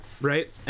Right